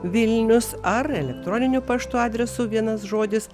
vilnius ar elektroniniu paštu adresu vienas žodis